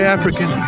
African